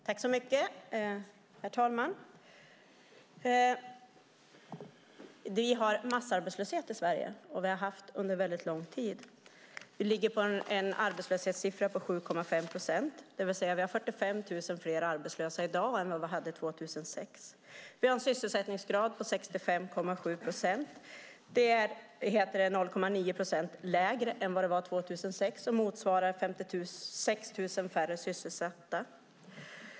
Herr talman! Vi har massarbetslöshet i Sverige, och det har vi haft under lång tid. Vi ligger på en arbetslöshetssiffra på 7,5 procent, det vill säga har vi 45 000 fler arbetslösa i dag än vad vi hade 2006. Vi har en sysselsättningsgrad på 65,7 procent, vilket är 0,9 procent lägre än vad det var 2006 och motsvarar 56 000 färre sysselsatta.